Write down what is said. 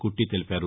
కుట్టి తెలిపారు